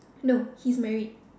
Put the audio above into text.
no he's married